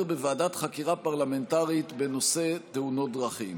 בוועדת חקירה פרלמנטרית בנושא תאונות דרכים.